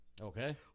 Okay